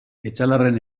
etxalarren